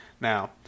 Now